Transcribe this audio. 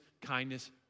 kindness